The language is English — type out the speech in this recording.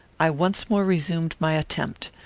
i once more resumed my attempt.